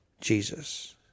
Jesus